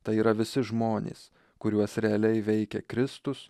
tai yra visi žmonės kuriuos realiai veikia kristus